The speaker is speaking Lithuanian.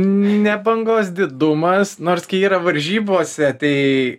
ne bangos didumas nors kai yra varžybose tai